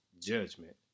judgment